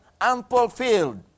unfulfilled